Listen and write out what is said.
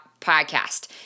podcast